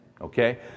okay